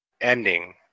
ending